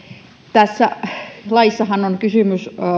tässähän on kysymys